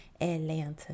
Atlanta